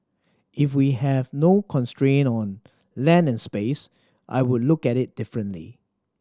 if we have no constraint on land and space I would look at it differently